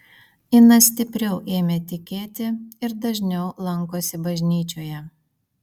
ina stipriau ėmė tikėti ir dažniau lankosi bažnyčioje